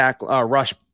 rush